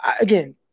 again